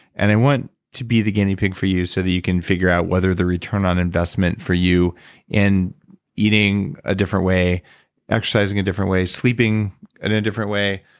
and i want to be the guinea pig for you so that you can figure out whether the return on investment for you and eating a different way exercising a different way, sleeping and in a different way,